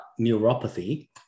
neuropathy